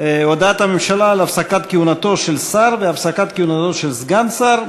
הודעת הממשלה על הפסקת כהונתו של שר ועל הפסקת כהונתו של סגן שר.